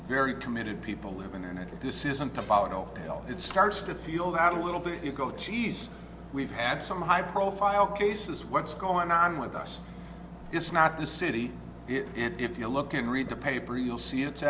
very committed people living and i think this isn't about oh well it starts to feel out a little bit you go cheese we've had some high profile cases what's going on with us it's not the city and if you look and read the paper you'll see it's